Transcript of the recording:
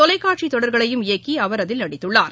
தொலைக்காட்சிதொடர்களையும் இயக்கி அதில் அவர் நடித்துள்ளார்